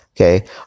Okay